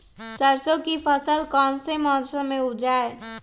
सरसों की फसल कौन से मौसम में उपजाए?